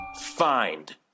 find